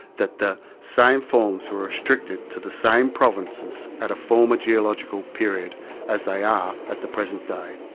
that the same forms were restricted to the same provinces at a former geological period as they are at the present day'.